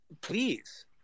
please